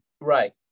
Right